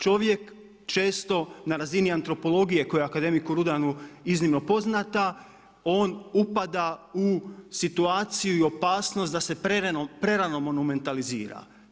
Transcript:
Čovjek često na razini antropologije koja akademiku Rudanu iznimno poznata on upada u situaciju i opasnost da se prerano monumentalizira.